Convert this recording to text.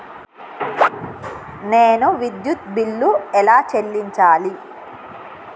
నేను విద్యుత్ బిల్లు ఎలా చెల్లించాలి?